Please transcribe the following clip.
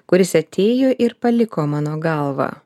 kuris atėjo ir paliko mano galvą